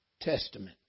Testament